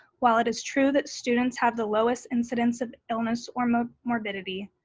while it is true that students have the lowest incidents of illness or um ah morbidity,